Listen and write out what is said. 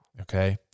Okay